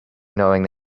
knowing